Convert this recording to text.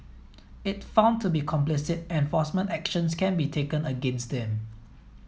if found to be complicit enforcement actions can be taken against them